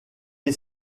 est